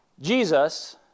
Jesus